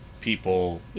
people